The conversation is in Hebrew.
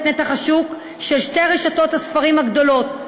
נתח השוק של שתי רשתות הספרים הגדולות,